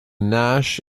nash